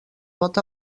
pot